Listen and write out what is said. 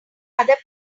other